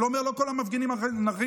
אני לא אומר שכל המפגינים אנרכיסטים,